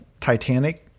Titanic